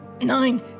Nine